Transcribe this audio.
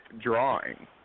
drawing